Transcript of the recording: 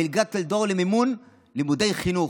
מלגת טלדור למימון לימודי חינוך.